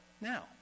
now